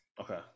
Okay